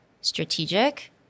strategic